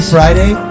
Friday